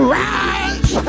rise